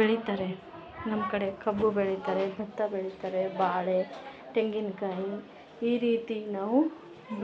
ಬೆಳೀತಾರೆ ನಮ್ಮಕಡೆ ಕಬ್ಬು ಬೆಳೀತಾರೆ ಭತ್ತ ಬೆಳೀತಾರೆ ಬಾಳೆ ತೆಂಗಿನ ಕಾಯಿ ಈ ರೀತಿ ನಾವು